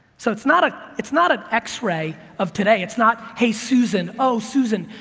so it's not ah it's not an x-ray of today, it's not hey susan, oh susan,